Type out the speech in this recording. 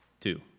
Two